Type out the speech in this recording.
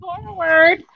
forward